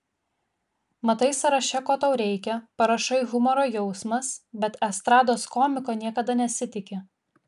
matai sąraše ko tau reikia parašai humoro jausmas bet estrados komiko niekada nesitiki